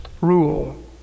rule